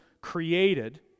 created